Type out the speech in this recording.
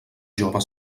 jove